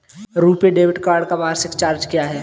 RuPay debit card का वार्षिक charge क्या है?